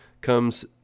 comes